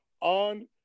on